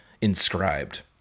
inscribed